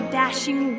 dashing